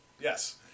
Yes